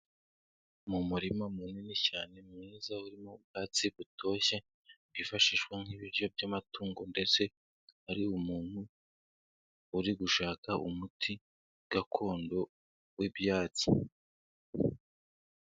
Mu murima munini cyane mwiza urimo ubwatsi butoshye, bwifashishwa nk'ibiryo by'amatungo ndetse hari umuntu uri gushaka umuti gakondo w'ibyatsi.